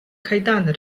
кайдани